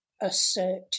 assert